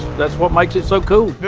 that's what makes it so cool.